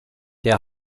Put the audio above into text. der